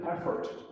effort